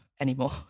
anymore